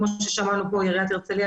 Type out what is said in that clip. כמו ששמענו כאן לגבי עיריית הרצליה,